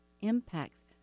impacts